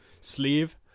sleeve